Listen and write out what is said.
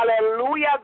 hallelujah